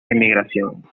emigración